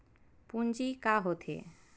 पूंजी का होथे?